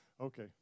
Okay